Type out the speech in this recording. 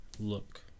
Look